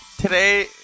Today